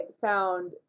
found